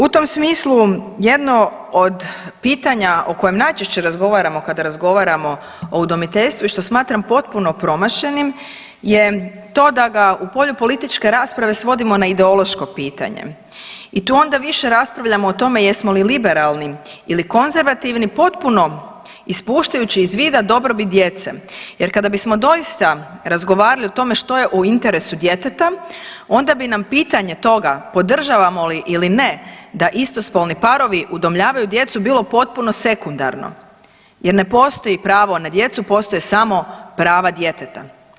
U tom smislu jedno od pitanja o kojem najčešće razgovaramo kada razgovaramo o udomiteljstvu i što smatram potpuno promašenim je to da ga u polju političke rasprave svodimo na ideološko pitanje i tu onda više raspravljamo o tome jesmo li liberalni ili konzervativni potpuno ispuštajući iz vida dobrobit djece jer kada bismo doista razgovarali o tome što je u interesu djeteta onda bi nam pitanje toga podržavamo li ili ne da istospolni parovi udomljavaju djecu bilo potpuno sekundarno jer ne postoji pravo na djecu, postoje samo pravo djeteta.